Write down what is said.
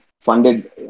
funded